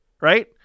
Right